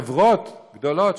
חברות גדולות,